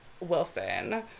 Wilson